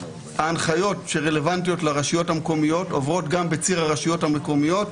ההנחיות שרלוונטיות לרשויות המקומיות עוברות גם בציר הרשויות המקומיות,